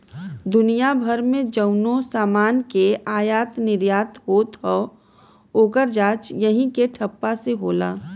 दुनिया भर मे जउनो समान के आयात निर्याट होत हौ, ओकर जांच यही के ठप्पा से होला